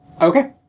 okay